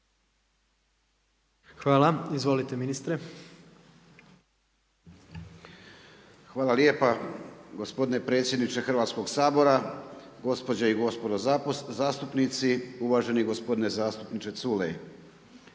Hvala. Izvolite ministre. **Medved, Tomo (HDZ)** Hvala lijepa gospodine predsjedniče Hrvatskoga sabora, gospođe i gospodo zastupnici. Uvaženi gospodine zastupniče Culej,